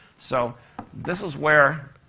so this is where